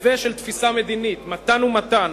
מתווה של תפיסה מדינית, מתן ומתן.